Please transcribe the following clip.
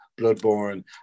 Bloodborne